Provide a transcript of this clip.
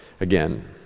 Again